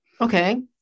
Okay